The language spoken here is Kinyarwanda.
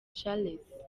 charles